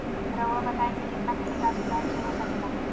रहुआ बताइं कि कितना के निकासी बैंक से हो सके ला?